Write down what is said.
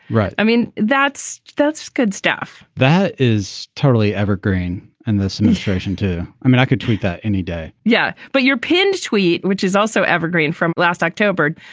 right. i mean, that's that's good stuff that is totally evergreen. and this administration, too. i mean, i could tweet that any day yeah, but you're pinned tweet, which is also evergreen from last october.